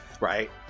Right